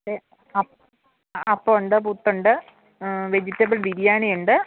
ആ അപ്പം ഉണ്ട് പുട്ട് ഉണ്ട് വെജിറ്റബിൾ ബിരിയാണി ഉണ്ട്